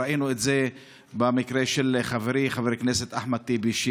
ראינו את זה במקרה של חברי חבר הכנסת אחמד טיבי,